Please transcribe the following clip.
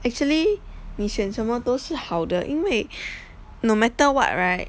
actually 你选什么都是好的因为 no matter what right